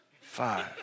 Five